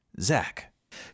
Zach